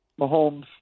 Mahomes